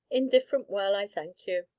indifferent well, i thank you.